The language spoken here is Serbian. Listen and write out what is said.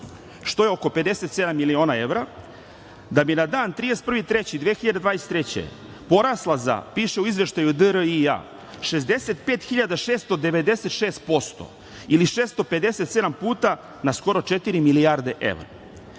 što je oko 57 miliona evra, da bi na dan 31.3.2023. godine porasla za piše u izveštaju DRI-a 65.696% ili 657 puta na skoro četiri milijarde evra.